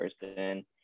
person